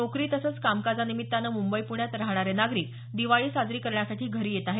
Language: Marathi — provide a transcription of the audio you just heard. नोकरी तसंच कामकाजानिमित्तानं मुंबई पूण्यात राहणारे नागरिक दिवाळी साजरी करण्यासाठी घरी येत आहेत